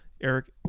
eric